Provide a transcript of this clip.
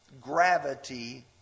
gravity